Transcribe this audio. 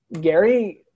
Gary